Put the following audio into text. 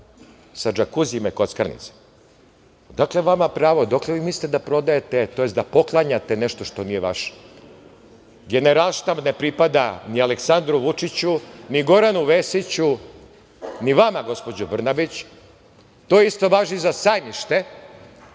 sa džakuzijem i kockarnicama. Odakle vama pravo, dokle mislite da prodajete, tj. da poklanjate nešto što nije vaše? Generalštab ne pripada ni Aleksandru Vučiću, ni Goranu Vesiću, ni vama gospođo Brnabić. To isto važi i za Sajmište